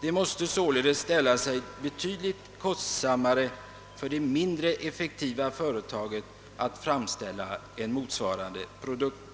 Det måste ställa sig betydligt kostsammare för det mindre effektiva företaget att framställa en motsvarande produkt.